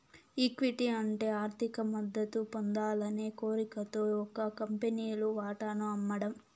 equity అంటే ఆర్థిక మద్దతు పొందాలనే కోరికతో ఒక కంపెనీలు వాటాను అమ్మడం